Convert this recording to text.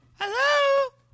Hello